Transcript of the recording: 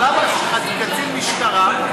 למה קצין משטרה,